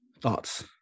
Thoughts